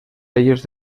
ellos